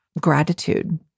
gratitude